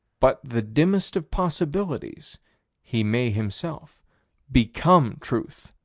but the dimmest of possibilities he may himself become truth.